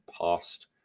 past